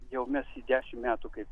jau mes jį dešimt metų kaip